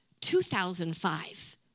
2005